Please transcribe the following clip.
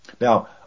Now